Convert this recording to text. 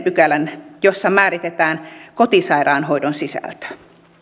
pykälän jossa määritetään kotisairaanhoidon sisältöä